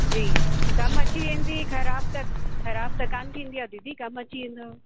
जी कम अची वेंदी खराब त ख़राब त कोन्ह थींदी आहे दीदी कम अची वेंदव